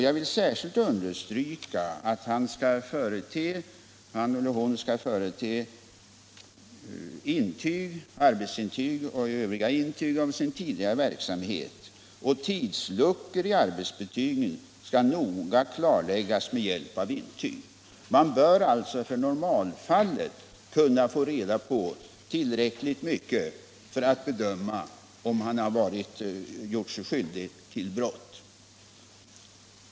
Jag vill särskilt understryka att han eller hon skall förete arbetsintyg och övriga intyg om sin tidigare verksamhet och att tidsluckor i arbetsbetygen noga skall klarläggas med hjälp av intyg. Man bör alltså för normalfallet kunna få reda på tillräckligt mycket för att kunna bedöma om personen tidigare gjort sig skyldig till brott.